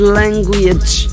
language